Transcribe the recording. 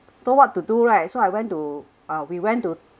so what to do right so I went to uh we went to